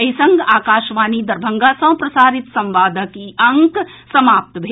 एहि संग आकाशवाणी दरभंगा सँ प्रसारित संवादक ई अंक समाप्त भेल